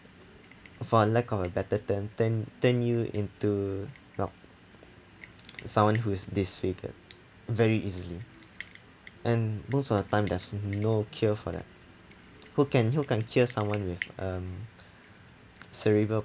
for lack of a better turn then turn you into um someone who's disfigured very easily and most of the time there's no cure for that who can who can cure someone with um cerebral